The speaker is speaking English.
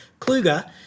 Kluger